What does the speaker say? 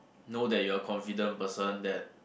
know that you're a confident person that